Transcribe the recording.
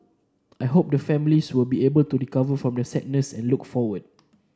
I hope the families will be able to recover from their sadness and look forward